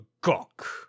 gawk